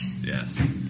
Yes